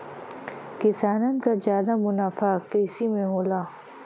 किसानन क जादा मुनाफा कृषि में होला